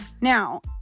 Now